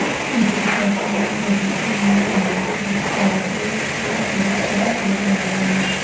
मेरे पिताजी ने बगीचे में आलूबुखारे के बहुत सारे पेड़ लगाए हैं